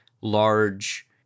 large